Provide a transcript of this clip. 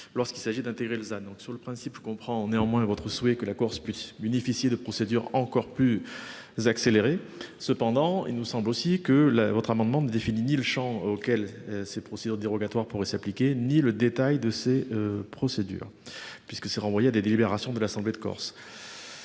lorsqu'il s'agit d'intégrer Elsa donc sur le principe je comprends néanmoins votre souhait que la Corse plus bénéficier de procédures encore plus. Accélérer. Cependant, il nous semble aussi que la votre amendement défini le Champ auxquels ces procédures dérogatoires pourrait s'appliquer ni le détail de ces. Procédures puisque c'est renvoyé des délibérations de l'Assemblée de Corse.